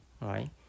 right